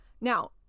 Now